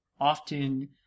often